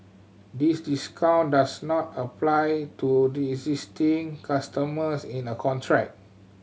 these discount does not apply to existing customers in a contract